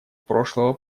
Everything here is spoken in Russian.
прошлого